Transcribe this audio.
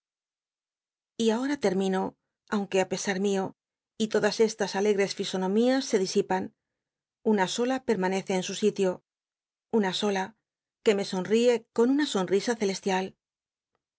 y ahom term ino aunque ü pesar mio y todas estas alegres fisonomía se disipan una sola permanece en su sitio una sola que me sonríe con una sonrisa celestial